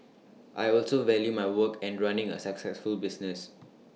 I also value my work and running A successful business